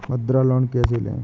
मुद्रा लोन कैसे ले?